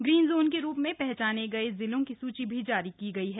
green zone के रूप में पहचाने गए जिलों की सूची भी जारी की गई है